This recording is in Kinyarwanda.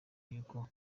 yuko